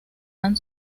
han